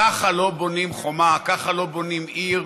ככה לא בונים חומה, ככה לא בונים עיר,